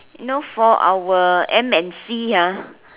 you know for our M_N_C ah